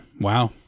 wow